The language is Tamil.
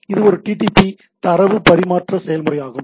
இது ஒரு டிடிபி தரவு பரிமாற்ற செயல்முறையாகும்